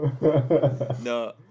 No